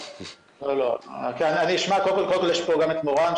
נמצא כאן גם מורן,